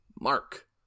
Mark